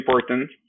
important